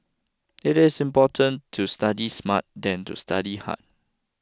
it is important to study smart than to study hard